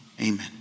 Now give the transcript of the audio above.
amen